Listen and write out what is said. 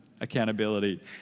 accountability